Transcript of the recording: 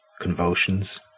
Convulsions